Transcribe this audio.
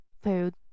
Food